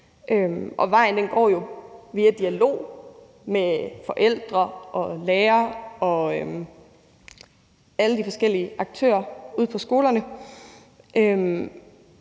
Vejen går jo via dialog med forældre og lærere og alle de forskellige aktører ude på skolerne.